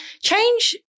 change